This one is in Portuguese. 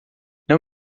não